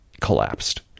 collapsed